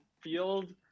field